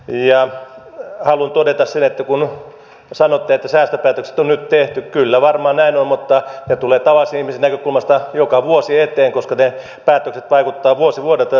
haluan todeta sen että kun sanotte että säästöpäätökset on nyt tehty kyllä varmaan näin on mutta ne tulevat tavallisen ihmisen näkökulmasta joka vuosi eteen koska ne päätökset vaikuttavat vuosi vuodelta jo tästä eteenpäin